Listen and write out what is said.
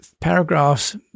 paragraphs